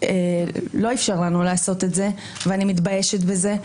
לא איפשרו לנו לעשות את זה, ואני מתביישת בזה.